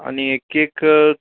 आणि एक केक